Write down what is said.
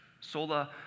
Sola